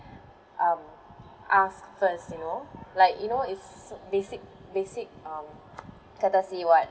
um ask first you know like you know it's basic basic um courtesy [what]